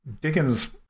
Dickens